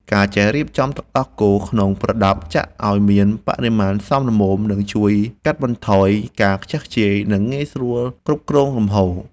ការចេះរៀបចំទឹកដោះគោក្នុងប្រដាប់ចាក់ឱ្យមានបរិមាណសមល្មម នឹងជួយកាត់បន្ថយការខ្ជះខ្ជាយ និងងាយស្រួលគ្រប់គ្រងលំហូរ។